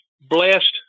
blessed